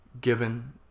given